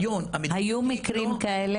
היו מקרים כאלה?